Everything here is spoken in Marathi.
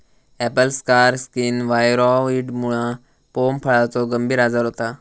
ॲपल स्कार स्किन व्हायरॉइडमुळा पोम फळाचो गंभीर आजार होता